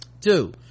Two